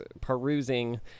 perusing